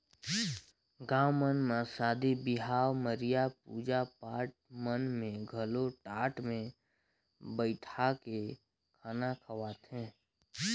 गाँव मन म सादी बिहाव, मरिया, पूजा पाठ मन में घलो टाट मे बइठाके खाना खवाथे